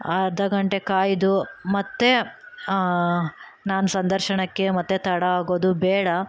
ಅರ್ಧ ಗಂಟೆ ಕಾಯ್ದು ಮತ್ತೆ ನಾನು ಸಂದರ್ಶನಕ್ಕೆ ಮತ್ತೆ ತಡ ಆಗೋದು ಬೇಡ